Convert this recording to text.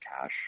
cash